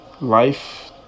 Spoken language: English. life